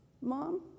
Mom